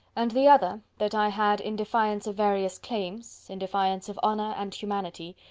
and the other, that i had, in defiance of various claims, in defiance of honour and humanity,